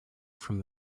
from